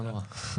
לא נורא.